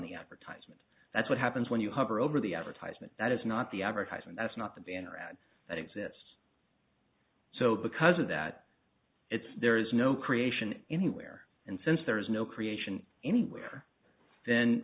the advertisement that's what happens when you hover over the advertisement that is not the advertising that's not the banner ad that exists so because of that it's there is no creation anywhere and since there is no creation anywhere